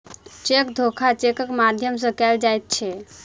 cheque धोखा चेकक माध्यम सॅ कयल जाइत छै